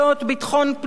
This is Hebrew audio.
ביטחון פנים.